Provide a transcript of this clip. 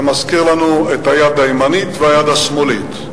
זה מזכיר לנו את היד הימנית והיד השמאלית.